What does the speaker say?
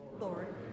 Lord